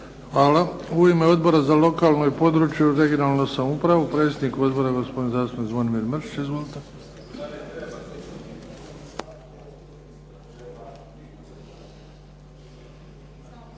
Hvala. U ime Odbora za lokalnu i područnu (regionalnu) samoupravu, predsjednik odbora gospodin zastupnik Zvonimir Mršić. Izvolite.